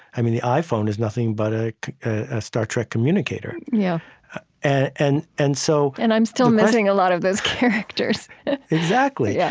i mean the iphone is nothing but like a star trek communicator yeah and and so and i'm still missing a lot of those characters exactly, yeah